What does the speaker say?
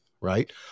right